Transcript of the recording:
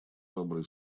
добрые